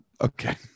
Okay